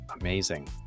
Amazing